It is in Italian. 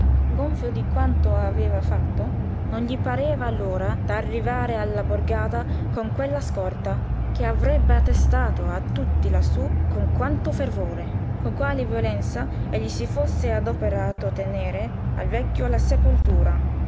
gonfio di quanto aveva fatto non gli pareva l'ora d'arrivare alla borgata con quella scorta che avrebbe attestato a tutti lassú con quanto fervore con quale violenza egli si fosse adoperato a ottenere al vecchio la sepoltura